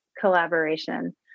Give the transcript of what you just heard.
collaboration